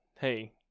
hey